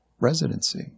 residency